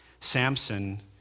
Samson